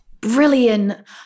Brilliant